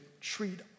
treat